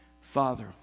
Father